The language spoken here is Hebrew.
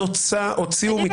תגיד,